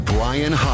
Brian